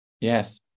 Yes